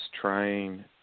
trying